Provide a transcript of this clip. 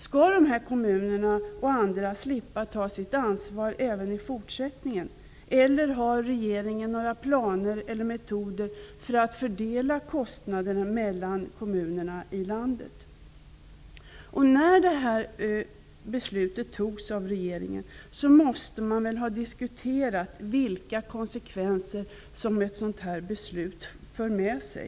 Skall de här kommunerna och andra slippa ta sitt ansvar även i fortsättningen? Eller har regeringen några planer eller metoder när det gäller att fördela kostnaderna mellan landets kommuner? När det här beslutet fattades av regeringen måste man väl ha diskuterat vilka konsekvenser som ett sådant här beslut för med sig.